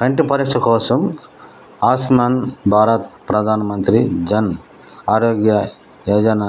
కంటి పరీక్ష కోసం ఆయుష్మాన్ భారత్ ప్రధానమంత్రి జన్ ఆరోగ్య యోజన